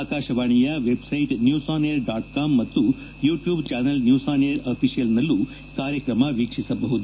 ಆಕಾಶವಾಣಿಯ website news on air dot com ಮತ್ತು YouTube channel news on air official ನಲ್ಲೂ ಕಾರ್ಯಕ್ರಮ ವೀಕ್ಷಿಸಬಹುದು